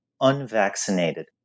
unvaccinated